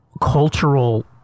cultural